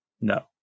No